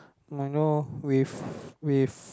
might know with with